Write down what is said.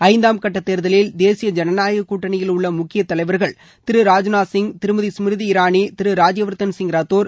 ஐந்தாம் கட்டத் தேர்தலில் தேசிய ஜனநாயக கூட்டணியில் உள்ள முக்கிய தலைவர்கள் திரு ஸ்மிருதி ராஜ்நாத் சிங் திருமதி இரானி திரு ராஜ்யவர்தன் சிங் ரத்தோர்